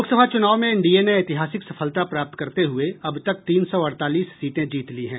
लोकसभा चुनाव में एनडीए ने ऐतिहासिक सफलता प्राप्त करते हुये अब तक तीन सौ अड़तालीस सीटें जीत ली हैं